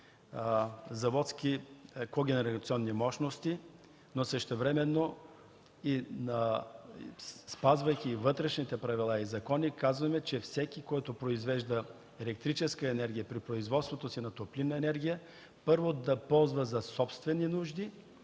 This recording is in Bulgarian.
заводски когенерационни мощности, но същевременно, спазвайки вътрешните правила и закони, казваме, че всеки, който произвежда електрическа енергия при производството си на топлинна енергия, първо да ползва за собствени нужди